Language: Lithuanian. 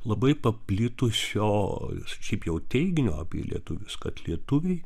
labai paplitusio šiaip jau teiginio apie lietuvius kad lietuviai